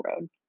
road